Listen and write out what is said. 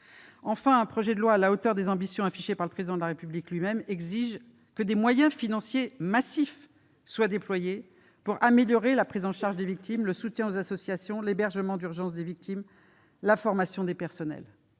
Enfin, un projet de loi à la hauteur des ambitions affichées par le Président de la République lui-même exigerait que des moyens financiers massifs soient déployés afin d'améliorer la prise en charge des victimes, le soutien aux associations, l'hébergement d'urgence des victimes, la formation des personnels